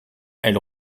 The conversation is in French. elle